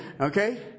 Okay